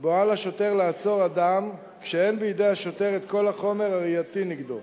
שבו על השוטר לעצור אדם כשאין בידיו כל החומר הראייתי נגדו.